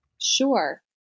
Sure